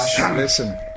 listen